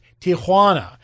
Tijuana